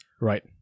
Right